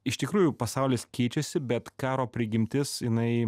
iš tikrųjų pasaulis keičiasi bet karo prigimtis jinai